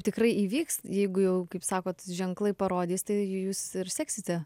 tikrai įvyks jeigu jau kaip sakot ženklai parodys tai jūs seksite